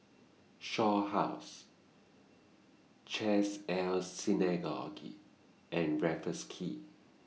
Shaw House Chesed El Synagogue and Raffles Quay